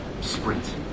sprint